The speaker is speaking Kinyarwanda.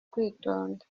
kwitonda